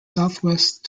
southwest